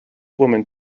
woman